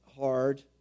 hard